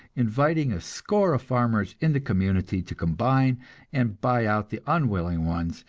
inviting a score of farmers in the community to combine and buy out the unwilling ones,